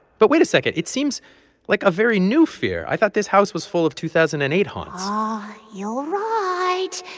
but wait a second. it seems like a very new fear. i thought this house was full of two thousand and eight haunts you're right.